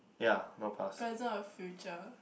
ya no past